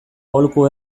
aholku